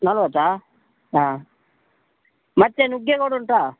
ನಲ್ವತ್ತಾ ಹಾಂ ಮತ್ತೆ ನುಗ್ಗೆಗೋಡು ಉಂಟಾ